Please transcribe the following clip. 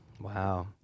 Wow